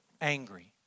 angry